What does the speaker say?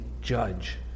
judge